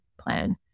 plan